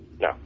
No